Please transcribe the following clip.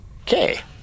Okay